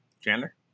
Chandler